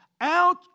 Out